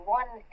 one